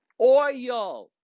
oil